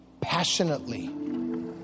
passionately